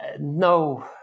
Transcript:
No